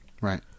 Right